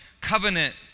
covenant